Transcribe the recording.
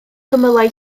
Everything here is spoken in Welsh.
cymylau